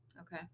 Okay